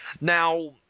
Now